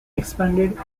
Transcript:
expanded